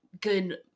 good